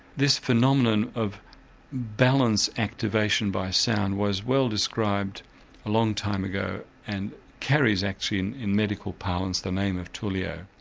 this phenomenon of balance activation by sound was well described a long time ago and carries actually in in medical parlance the name of tullio.